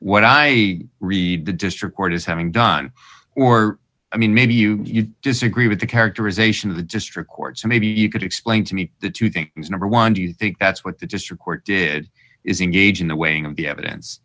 what i read the district court as having done or i mean maybe you disagree with the characterization of the district court so maybe you could explain to me that you think number one do you think that's what the district court did is engage in the weighing of the evidence